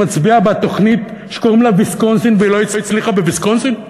מצביעה בעד תוכנית שקוראים לה "ויסקונסין" והיא לא הצליחה בוויסקונסין?